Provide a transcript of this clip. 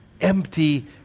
empty